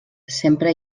sempre